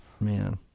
Man